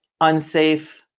unsafe